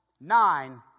Nine